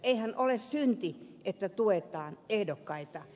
eihän ole synti että tuetaan ehdokkaita